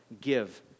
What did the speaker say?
give